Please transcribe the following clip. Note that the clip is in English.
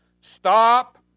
Stop